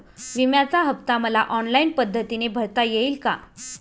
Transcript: विम्याचा हफ्ता मला ऑनलाईन पद्धतीने भरता येईल का?